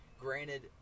granted